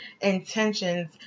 intentions